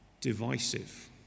divisive